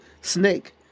snake